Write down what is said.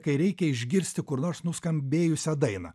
kai reikia išgirsti kur nors nuskambėjusią dainą